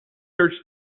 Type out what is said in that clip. search